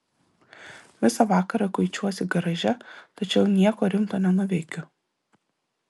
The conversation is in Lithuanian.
visą vakarą kuičiuosi garaže tačiau nieko rimto nenuveikiu